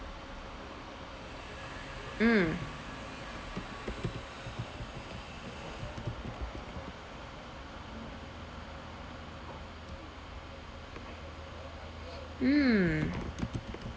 mm mm